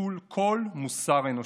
נטול כל מוסר אנושי.